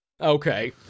Okay